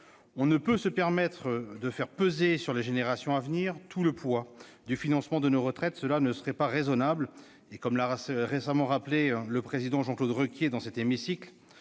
On ne peut se permettre de faire peser sur ces générations tout le poids du financement de nos retraites ; cela ne serait pas raisonnable. Comme l'a récemment rappelé le président Jean-Claude Requier dans cet hémicycle,